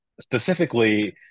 specifically